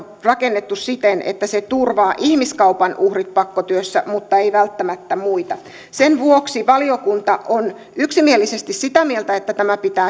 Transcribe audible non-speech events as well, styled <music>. rakennettu siten että se turvaa ihmiskaupan uhrit pakkotyössä mutta ei välttämättä muita sen vuoksi valiokunta on yksimielisesti sitä mieltä että tämä sopimus pitää <unintelligible>